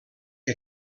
que